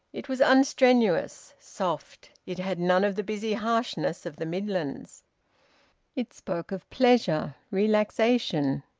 it was unstrenuous, soft it had none of the busy harshness of the midlands it spoke of pleasure, relaxation,